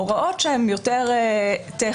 הוראות שהן יותר טכניות,